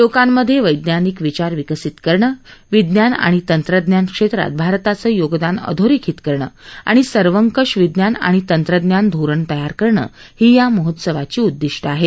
लोकांमध्ये वैज्ञानिक विचार विकसित करणं विज्ञान आणि तंत्रज्ञान क्षेत्रात भारताचं योगदान अधोरेखित करणं आणि सर्वंकष विज्ञान आणि तंत्रज्ञान धोरण तयार करणं ही या महोत्सवाची उददिष्प आहेत